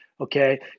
Okay